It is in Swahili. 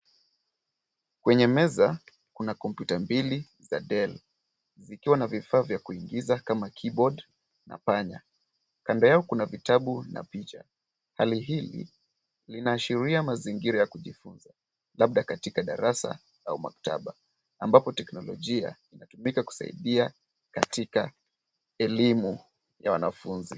Kwenye meza, kuna kompyuta mbili za Dell. Zikiwa na vifaa vya kuingiza kama keyboard na panya. Kando yao kuna vitabu. Hali hii inaashiria mazingira ya kujifunza labda katika darasa au maktaba ambapo teknolojia inatumika kusaidia katika elimu ya wanafunzi.